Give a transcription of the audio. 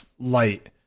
Light